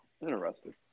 interesting